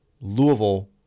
Louisville